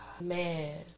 Man